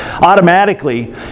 Automatically